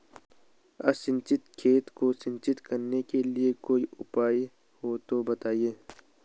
असिंचित खेती को सिंचित करने के लिए कोई उपाय हो तो बताएं?